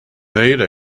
made